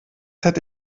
hätte